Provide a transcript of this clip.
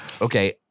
Okay